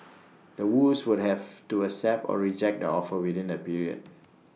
The Woos would have to accept or reject the offer within that period